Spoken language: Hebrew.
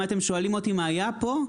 אם אתם שואלים אותי מה היה פה,